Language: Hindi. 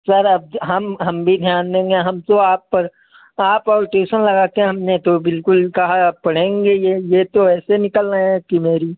सर अब ज हम हम भी ध्यान देंगे हम तो आप पर आप और टूशन लगा कर हमने तो बिल्कुल कहा अब पढ़ेंगे ये ये तो ऐसे निकल रहे हैं कि मेरी